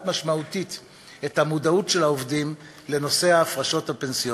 משמעותית את מודעות העובדים לנושא ההפרשות הפנסיוניות.